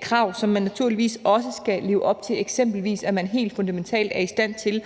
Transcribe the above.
krav, som man naturligvis også skal leve op til, eksempelvis at man helt fundamentalt er i stand til